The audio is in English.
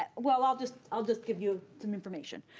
ah well i'll just i'll just give you some information.